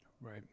right